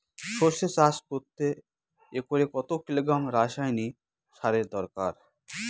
সরষে চাষ করতে একরে কত কিলোগ্রাম রাসায়নি সারের দরকার?